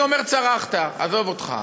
אני אומר צרחת, עזוב אותך,